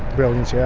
brilliant. yeah